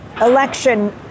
election